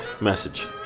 message